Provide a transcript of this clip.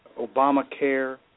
Obamacare